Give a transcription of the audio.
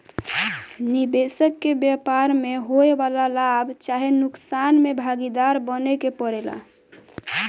निबेसक के व्यापार में होए वाला लाभ चाहे नुकसान में भागीदार बने के परेला